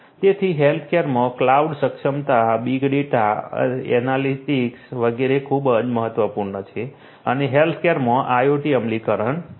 તેથી હેલ્થકેરમાં ક્લાઉડ સક્ષમતા બિગ ડેટા એનાલિટિક્સ વગેરે ખૂબ જ મહત્વપૂર્ણ છે અને હેલ્થકેરમાં IOT અમલીકરણ છે